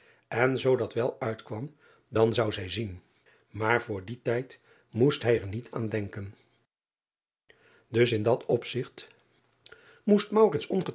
en zoo dat wel uitkwam dan zou zij zien maar voor dien tijd moost hij er niet aan denken us in dat opzigt moost